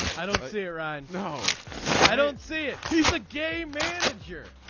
i don't see around. no i don't see it. he's a game manager